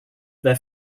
their